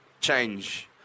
change